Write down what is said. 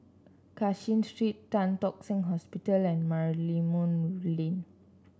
Cashin Street Tan Tock Seng Hospital and Merlimau Lane